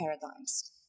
paradigms